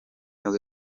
nibwo